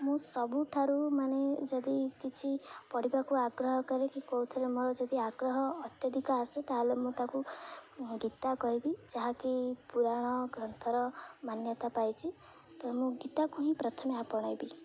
ମୁଁ ସବୁଠାରୁ ମାନେ ଯଦି କିଛି ପଢ଼ିବାକୁ ଆଗ୍ରହ କରେ କି କେଉଁଥରେ ମୋର ଯଦି ଆଗ୍ରହ ଅତ୍ୟଧିକ ଆସେ ତା'ହେଲେ ମୁଁ ତାକୁ ଗୀତା କହିବି ଯାହାକି ପୁରାଣ ଗ୍ରନ୍ଥର ମାନ୍ୟତା ପାଇଛି ତ ମୁଁ ଗୀତାକୁ ହିଁ ପ୍ରଥମେ ଆପଣାଇବି